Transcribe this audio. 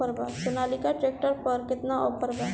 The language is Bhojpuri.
सोनालीका ट्रैक्टर पर केतना ऑफर बा?